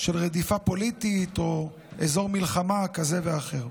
של רדיפה פוליטית או אזור מלחמה כזה ואחר.